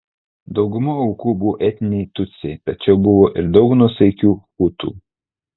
dauguma aukų buvo etniniai tutsiai tačiau buvo ir daug nuosaikių hutų